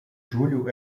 julho